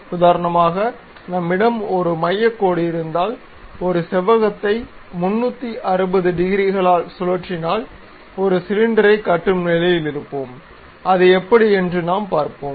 உதாரணமாக நம்மிடம் ஒரு மையக் கோடு இருந்தால் ஒரு செவ்வகத்தை 360 டிகிரிகளால் சுழற்றினால் ஒரு சிலிண்டரைக் கட்டும் நிலையில் இருப்போம் அது எப்படி என்று நாம் பார்ப்போம்